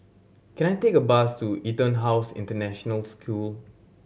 can I take a bus to EtonHouse International School